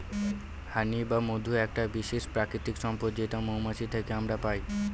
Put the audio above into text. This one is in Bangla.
হানি বা মধু একটা বিশেষ প্রাকৃতিক সম্পদ যেটা মৌমাছি থেকে আমরা পাই